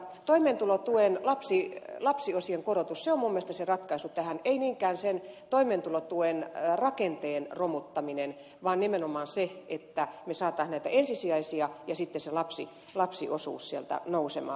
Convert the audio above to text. toimeentulotuen lapsiosien korotus on minun mielestäni se ratkaisu tähän ei niinkään sen toimeentulotuen rakenteen romuttaminen vaan nimenomaan se että me saisimme näitä ensisijaisia tukia ja sitten sen lapsiosuuden nousemaan